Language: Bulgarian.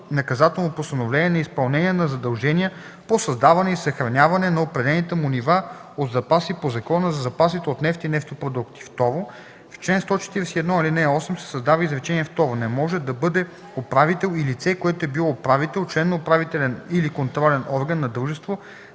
наказателно постановление неизпълнение на задължения по създаване и съхраняване на определените му нива от запаси по Закона за запасите от нефт и нефтопродукти.” 2. В чл. 141, ал. 8 се създава изречение второ: „Не може да бъде управител и лице, което е било управител, член на управителен или контролен орган на дружество,